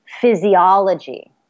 physiology